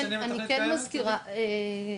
אני כן מזכירה ב-10,